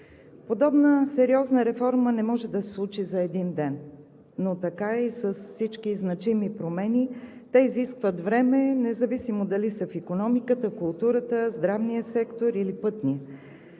Подобна сериозна реформа не може да се случи за един ден, но така е и с всички значими промени – изискват време, независимо дали са в икономиката, културата, здравния сектор или пътния.